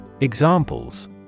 Examples